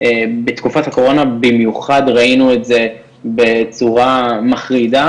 בתקופת הקורונה במיוחד ראינו את זה בצורה מחרידה